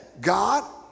God